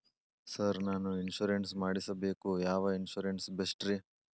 Sir ನಾನು insurance ಮಾಡಿಸಬೇಕು ಯಾವ ಇನ್ಶೂರೆನ್ಸ್ ಬೆಸ್ಟ್ರಿ?